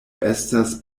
estas